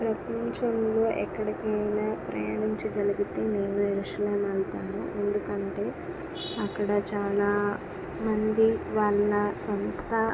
ప్రపంచంలో ఎక్కడికైనా ప్రయాణించగలిగితే నేను యెరూషలేమ్ వెళ్తాను ఎందుకంటే అక్కడ చాలా మంది వాళ్ళ సొంత